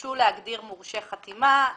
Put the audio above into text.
ביקשו להגדיר מורשה חתימה.